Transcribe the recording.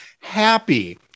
happy